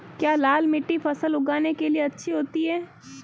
क्या लाल मिट्टी फसल उगाने के लिए अच्छी होती है?